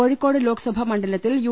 കോഴിക്കോട് ലോക്സഭാ മണ്ഡലത്തിൽ യു